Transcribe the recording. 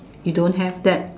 you don't have that